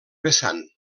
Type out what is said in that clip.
vessant